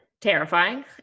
terrifying